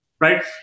right